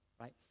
right